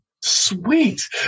Sweet